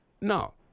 No